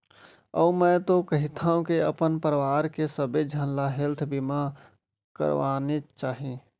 अउ मैं तो कहिथँव के अपन परवार के सबे झन ल हेल्थ बीमा करवानेच चाही